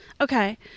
Okay